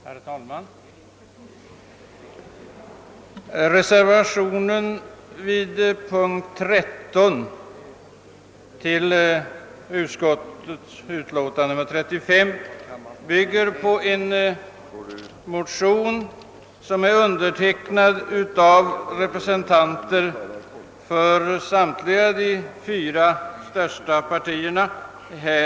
Herr talman! Reservationen vid punkt 13 i statsutskottets utlåtande nr 35 bygger på en motion, som undertecknats av representanter för de fyra största riksdagspartierna.